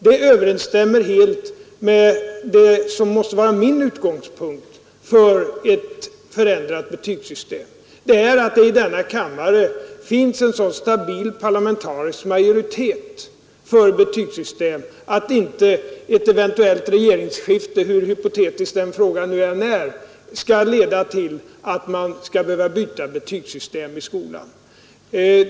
Det överensstämmer helt med det som måste vara min utgångspunkt för ett oförändrat betygssystem, nämligen att det i denna kammare finns en så stabil parlamentarisk majoritet för ett betygssystem att inte ett eventuellt regeringsskifte — hur hypotetisk den frågan än är — leder till att man skall behöva byta betygssystem i skolan.